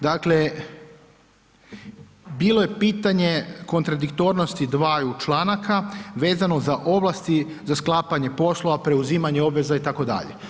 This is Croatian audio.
Dakle, bilo je pitanje kontradiktornosti dvaju članaka vezano za ovlasti za sklapanje poslova, preuzimanje obveza itd.